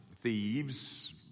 thieves